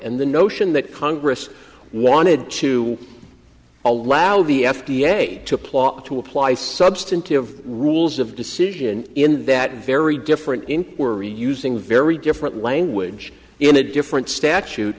and the notion that congress wanted to allow the f d a to plot to apply substantive rules of decision in that very different inquiry using very different language in a different statute